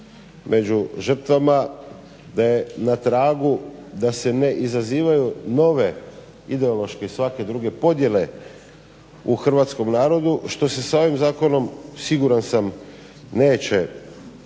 među žrtvama, da je na tragu da se ne izazivaju nove ideološke i svake druge podjele u hrvatskom narodu što se s ovim zakonom siguran sam neće